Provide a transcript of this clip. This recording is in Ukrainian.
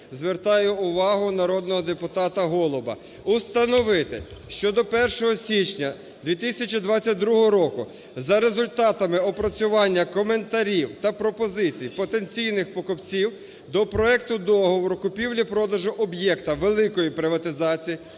звертаю увагу народного депутата Голуба: "Установити, що до 1 січня 2022 року за результатами опрацювання коментарів та пропозицій потенційних покупців до проекту договору купівлі-продажу об'єкта великої приватизації